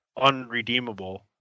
unredeemable